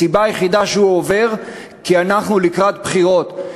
הסיבה היחידה שהוא עובר היא כי אנחנו לקראת בחירות,